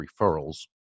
Referrals